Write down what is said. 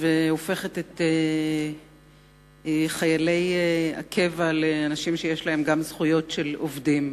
והופכת את חיילי הקבע לאנשים שיש להם גם זכויות של עובדים.